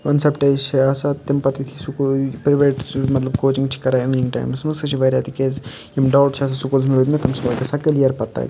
concept چھُ آسان تمہِ پَتہٕ یِتھُے پرایویٹ سکوٗل مطلب کوچِنگ چھ کَران اِوننٛگ ٹایمس منٛز سُہ چھُ واریاہ تِکیازِ یِم ڈاوُٹ چھ آسان سکوٗلس منٛز روٗدمٕتۍ تِم چھ گژھان کلیر پَتہٕ تَتہِ